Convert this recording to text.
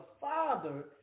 Father